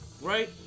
right